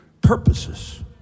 purposes